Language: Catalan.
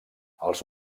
els